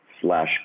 slash